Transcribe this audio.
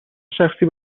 شخصی